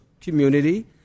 community